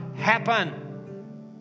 happen